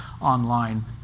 online